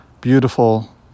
beautiful